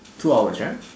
two hours right